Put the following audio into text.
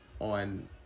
on